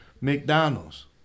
McDonald's